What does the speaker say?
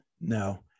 no